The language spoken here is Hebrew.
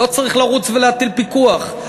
לא צריך לרוץ ולהטיל פיקוח.